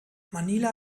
manila